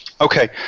Okay